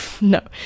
No